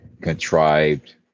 contrived